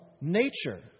nature